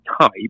type